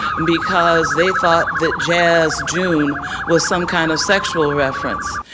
and because they thought that jazz june was some kind of sexual reference.